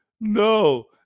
No